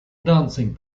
dancing